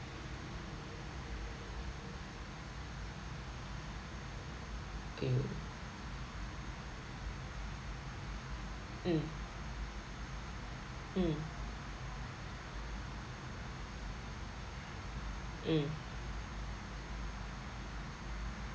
ew mm mm mm